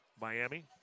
Miami